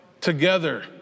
together